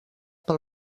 pel